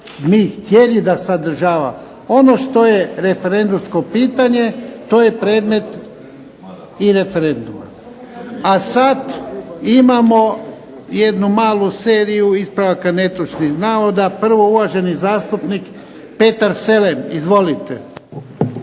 mi htjeli da sadržava. Ono što je referendumsko pitanje to je predmet i referenduma, a sad imamo jednu malu seriju ispravaka netočnih navoda. Prvo uvaženi zastupnik Petar Selem. Izvolite.